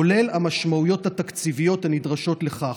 כולל המשמעויות התקציביות הנדרשות לכך,